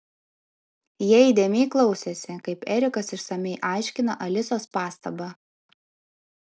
jie įdėmiai klausėsi kaip erikas išsamiai aiškina alisos pastabą